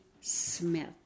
Smith